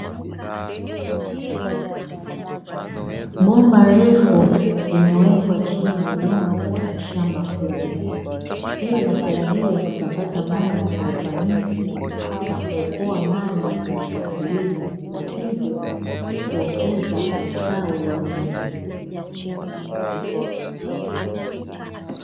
Bomba refu linawekwa chini ya udongo katika shamba kubwa, hii usaidia kusambaza maji kwa ufanisi na kuokoa maji katika kilimo; na hivyo kuongeza ustawi wa mimea.